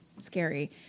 scary